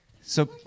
So-